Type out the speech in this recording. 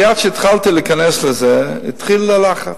מייד כשהתחלתי להיכנס לזה, התחיל הלחץ.